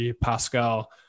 Pascal